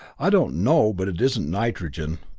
i don't know, but it isn't nitrogen.